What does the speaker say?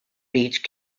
beach